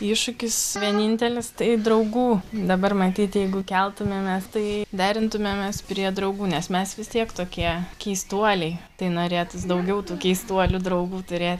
iššūkis vienintelis tai draugų dabar matyt jeigu keltumėmės tai derintumėmės prie draugų nes mes vis tiek tokie keistuoliai tai norėtųs daugiau tų keistuolių draugų turėti